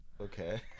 Okay